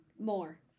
more